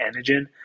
antigen